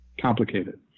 Complicated